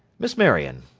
miss marion,